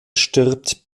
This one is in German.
stirbt